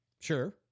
Sure